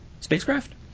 spacecraft